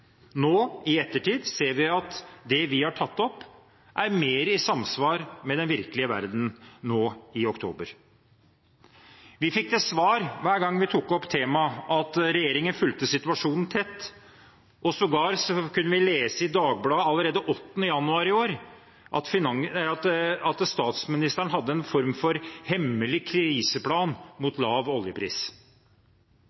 nå i oktober. Vi fikk til svar hver gang vi tok opp temaet, at regjeringen fulgte situasjonen tett, og sågar kunne vi lese i Dagbladet allerede 8. januar i år at statsministeren hadde en form for «hemmelig kriseplan» mot lav oljepris.